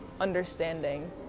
understanding